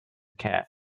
care